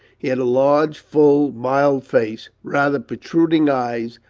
he had a large, full, mild face, rather protruding eyes,